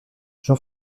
jean